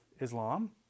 Islam